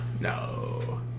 No